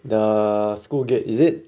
the school gate is it